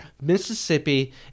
Mississippi